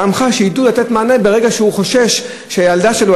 כדי שידעו לתת מענה ברגע של חשש שהילדה שלו,